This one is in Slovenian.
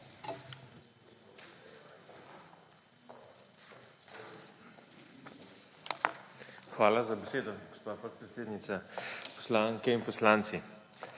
Hvala za besedo, gospa podpredsednica. Poslanke in poslanci!